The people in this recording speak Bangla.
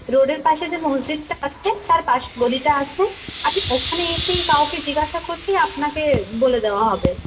রোডের পাশে যে মসজিদটা আছে তার পাশের গলিটা আছে আপনি ওখানে এসেই কাউকে জিজ্ঞাসা করলেই আপনাকে বলে দেওয়া হবে